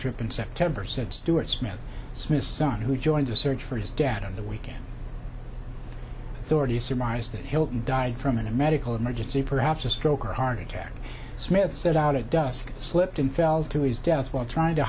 trip in september said stuart smith smith's son who joined the search for his dad on the weekend it's already surmised that hilton died from a medical emergency perhaps a stroke or heart attack smith said out at dusk slipped and fell to his death while trying to